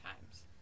times